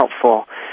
helpful